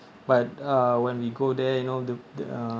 but uh when we go there you know the the uh